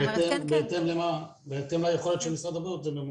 זאת אומרת -- בהתאם ליכולת של משרד הבריאות זה ממומן.